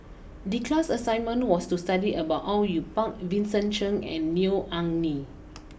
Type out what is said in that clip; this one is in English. the class assignment was to study about Au Yue Pak Vincent Cheng and Neo Anngee